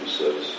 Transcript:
says